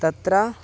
तत्र